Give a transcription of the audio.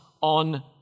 on